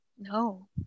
No